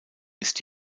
ist